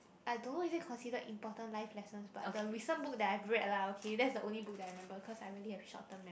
I don't know is it considered important life lessons but the recent book that I have read lah okay that's the only book that I remember cause I really have short term mem~